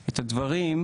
אנחנו עוד נדון בזה ותראה